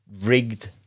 rigged